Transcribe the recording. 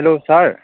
hello sir